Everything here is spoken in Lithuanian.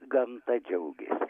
gamta džiaugias